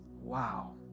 Wow